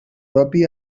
propi